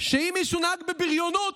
שאם מישהו נהג בבריונות,